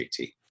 JT